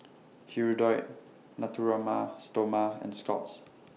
Hirudoid Natura Ma Stoma and Scott's